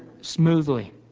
smoothly